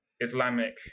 Islamic